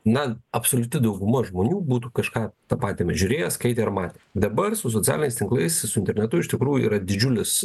na absoliuti dauguma žmonių būtų kažką tą patį žiūrėję skaitę ir matę dabar su socialiniais tinklais su internetu iš tikrųjų yra didžiulis